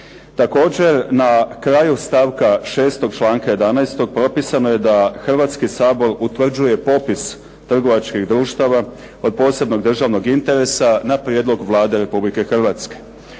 Također na kraju stavka 6. članka 11. propisano je da Hrvatski sabor utvrđuje popis trgovačkih društava od posebnog državnog interesa na prijedlog Vlade Republike Hrvatske.